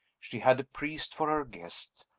she had a priest for her guest,